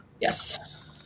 Yes